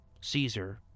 Caesar